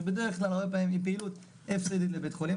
שבדרך כלל הרבה פעמים היא פעילות הפסדית לבית חולים,